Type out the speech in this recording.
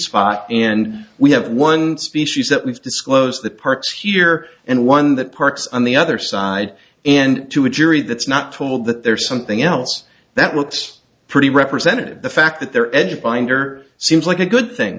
spot and we have one species that we've disclosed the parts here and one that parts on the other side and to a jury that's not told that there's something else that looks pretty representative the fact that they're edge finder seems like a good thing